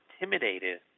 intimidated